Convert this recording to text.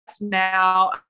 now